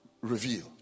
Reveal